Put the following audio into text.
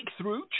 Breakthrough